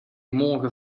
morgen